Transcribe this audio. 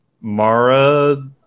Mara